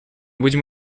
будем